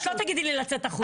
את לא תגידי לי לצאת החוצה.